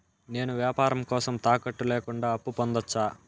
నేను వ్యాపారం కోసం తాకట్టు లేకుండా అప్పు పొందొచ్చా?